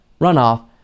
runoff